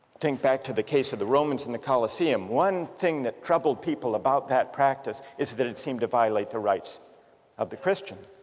think back to the case of the romans in the coliseum, one thing that troubled people about that practice is is that it seemed to violate the rights of the christian